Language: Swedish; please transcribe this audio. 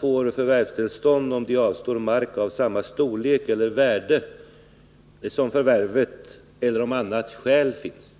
får förvärvstillstånd endast om de avstår mark av samma storlek eller värde som förvärvet eller om annat skäl finns.